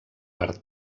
per